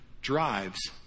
drives